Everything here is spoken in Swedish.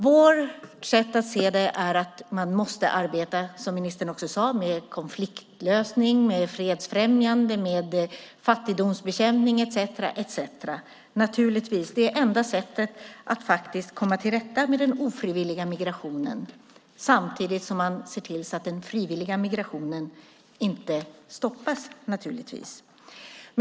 Vårt sätt att se det är att man måste arbeta, som ministern också sade, med konfliktlösning, fredsfrämjande, fattigdomsbekämpning etcetera. Det är naturligtvis det enda sättet att faktiskt komma till rätta med den ofrivilliga migrationen, samtidigt som man ser till att den frivilliga migrationen inte stoppas.